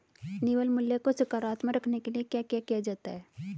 निवल मूल्य को सकारात्मक रखने के लिए क्या क्या किया जाता है?